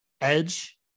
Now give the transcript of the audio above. Edge